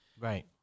Right